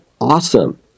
awesome